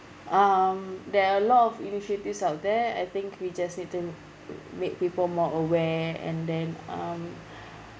um there are a lot of initiatives out there I think we just need to make people more aware and then um